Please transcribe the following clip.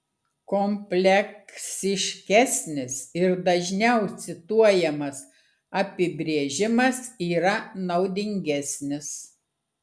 kompleksiškesnis ir dažniau cituojamas apibrėžimas yra naudingesnis